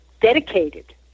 dedicated